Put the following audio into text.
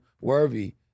worthy